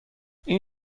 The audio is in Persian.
این